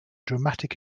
dramatic